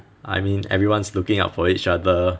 I mean everyone's looking out for each other